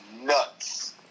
nuts